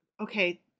Okay